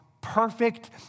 perfect